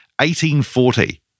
1840